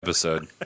episode